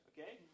Okay